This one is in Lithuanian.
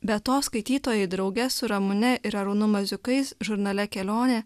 be to skaitytojai drauge su ramune ir arūnu maziukais žurnale kelionė